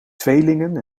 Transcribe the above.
tweelingen